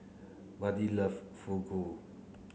Buddy love Fugu